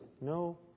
no